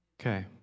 Okay